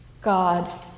God